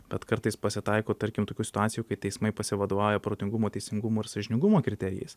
bet kartais pasitaiko tarkim tokių situacijų kai teismai pasivadovauja protingumo teisingumo ir sąžiningumo kriterijais